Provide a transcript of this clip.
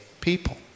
people